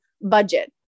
budget